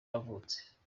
yavutse